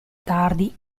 tardi